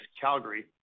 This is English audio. Calgary